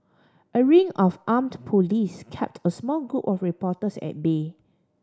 a ring of armed police kept a small group of reporters at bay